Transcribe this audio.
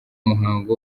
muhango